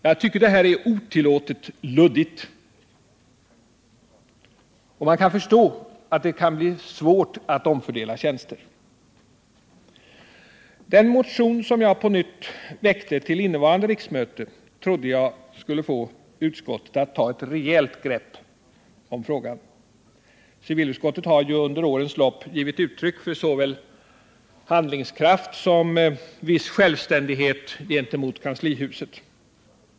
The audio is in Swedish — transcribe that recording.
Jag tycker detta är otillåtet luddigt. Man förstår att det kan bli svårt att omfördela tjänster. Den motion som jag på nytt väckte till innevarande riksmöte trodde jag skulle få utskottet att ta ett rejält grepp om frågan. Civilutskottet har under årens lopp givit uttryck för såväl handlingskraft som viss självständighet gentemot kanslihuset.